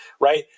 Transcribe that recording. Right